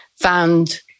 found